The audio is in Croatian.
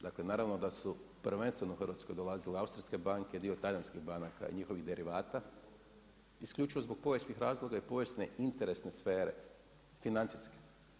Dakle, naravno da su prvenstveno u Hrvatsku dolazile austrijske banke, dio talijanskih banaka i njihovih derivata isključivo zbog povijesnih razloga i povijesne interesne sfere, financijske.